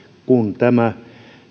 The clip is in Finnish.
kun tämä